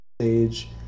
stage